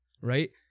right